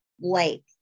lake